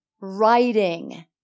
Writing